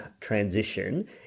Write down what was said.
transition